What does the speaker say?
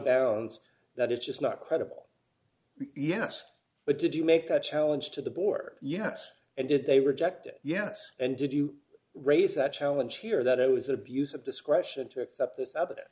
bounds that it's just not credible yes but did you make that challenge to the board yes and if they rejected yes and did you raise that challenge here that it was abuse of discretion to accept this